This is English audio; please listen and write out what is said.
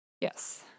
Yes